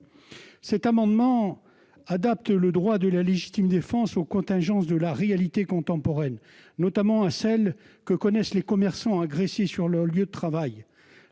Cet amendement vise à adapter le droit de la légitime défense aux contingences de la réalité contemporaine, notamment à celles que connaissent les commerçants agressés sur leur lieu de travail.